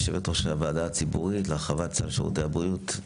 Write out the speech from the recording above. יושבת-ראש הוועדה הציבורית להרחבת סל שירותי הבריאות.